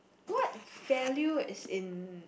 what value is in